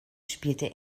spielte